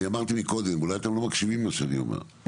אמרתי מקודם אולי אתם לא מקשיבים למה שאני אומר.